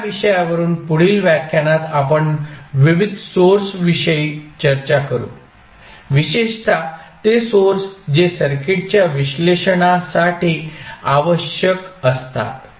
या विषयावरुन पुढील व्याख्यानात आपण विविध सोर्स विषयी चर्चा करू विशेषत ते सोर्स जे सर्किटच्या विश्लेषणासाठी आवश्यक असतात